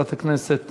חברת הכנסת